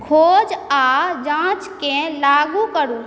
खोज आओर जाँचके लागू करू